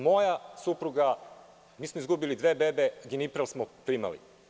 Moja supruga, mi smo izgubili dve bebe - ginipral smo primali.